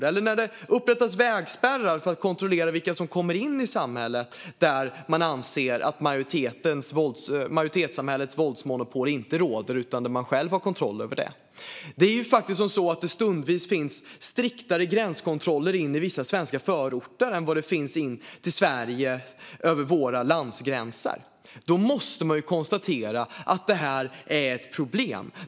Vi har även sett att vägspärrar upprättats för att kontrollera vilka som kommer in i samhället, där man anser att majoritetssamhällets våldsmonopol inte råder utan där man själv har kontroll. Stundtals finns det striktare gränskontroller in i vissa svenska förorter än vad som finns vid våra landgränser in till Sverige. När det är så här måste man konstatera att vi har ett problem.